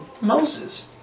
Moses